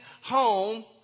home